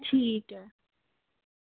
ठीक है